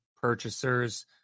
purchasers